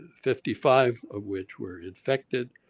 fifty five of which were infected.